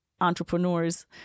entrepreneurs